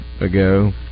ago